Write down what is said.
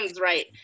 right